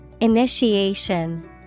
Initiation